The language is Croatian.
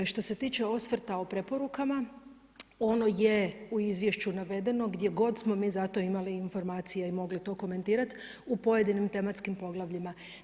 Što se tiče osvrta o preporukama, ono je u izvješću navedeno, gdje god smo mi zato imali informacije i mogli to komentirati u pojedinim tematskim poglavljima.